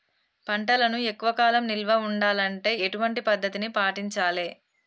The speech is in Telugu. పంటలను ఎక్కువ కాలం నిల్వ ఉండాలంటే ఎటువంటి పద్ధతిని పాటించాలే?